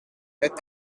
het